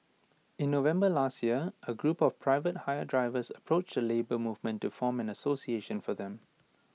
in November last year A group of private hire drivers approached the Labour Movement to form an association for them